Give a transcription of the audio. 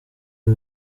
aya